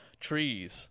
trees